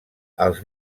als